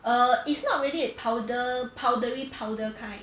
err it's not really a powder powdery powder kind